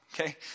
okay